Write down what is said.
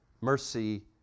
mercy